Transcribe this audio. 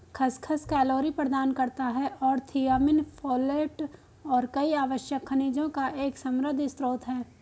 खसखस कैलोरी प्रदान करता है और थियामिन, फोलेट और कई आवश्यक खनिजों का एक समृद्ध स्रोत है